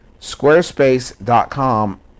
Squarespace.com